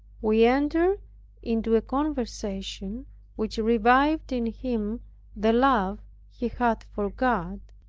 we entered into a conversation which revived in him the love he had for god,